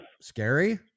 scary